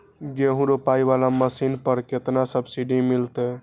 गेहूं रोपाई वाला मशीन पर केतना सब्सिडी मिलते?